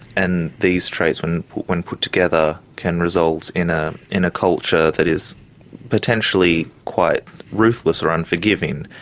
and these traits when put when put together can result in ah in a culture that is potentially quite ruthless or unforgiving.